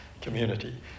community